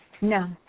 No